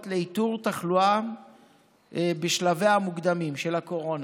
לאיתור תחלואה בשלביה המוקדמים של הקורונה.